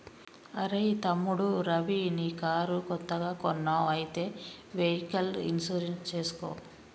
అరెయ్ తమ్ముడు రవి నీ కారు కొత్తగా కొన్నావ్ అయితే వెహికల్ ఇన్సూరెన్స్ చేసుకో